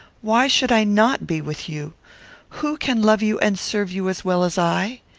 why should i not be with you who can love you and serve you as well as i?